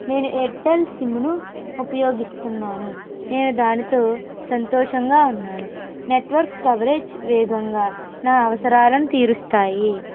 నేను ఎయిర్టెల్ సిమ్ను ఉపయోగిస్తున్నాను నేను దానితో సంతోషంగా ఉన్నాను నెట్వర్క్ కవరేజ్ వేగంగా నా అవసరాలను తీరుస్తాయి